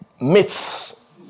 myths